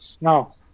No